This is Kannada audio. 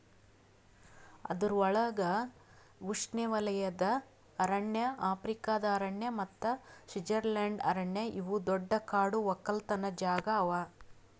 ಅದುರ್ ಒಳಗ್ ಉಷ್ಣೆವಲಯದ ಅರಣ್ಯ, ಆಫ್ರಿಕಾದ ಅರಣ್ಯ ಮತ್ತ ಸ್ವಿಟ್ಜರ್ಲೆಂಡ್ ಅರಣ್ಯ ಇವು ದೊಡ್ಡ ಕಾಡು ಒಕ್ಕಲತನ ಜಾಗಾ ಅವಾ